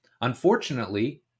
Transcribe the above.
unfortunately